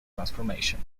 transformation